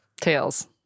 Tails